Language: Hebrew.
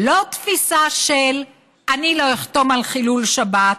"לא תפיסה של 'אני לא אחתום על חילול שבת',